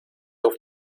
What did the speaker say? auf